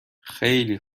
خیلی